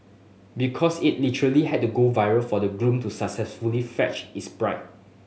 because it literally had to go viral for the groom to successfully fetch is bride